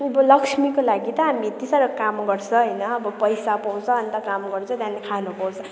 उँभो लक्ष्मीको लागि त हामी यति साह्रो काम गर्छ होइन अब पैसा पाउँछ अन्त काम गरेर चाहिँ त्यहाँदेखि खानु पाउँछ